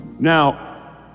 Now